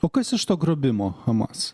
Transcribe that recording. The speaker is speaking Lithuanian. o kas iš to grobimo hamas